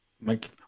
make